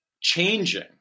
Changing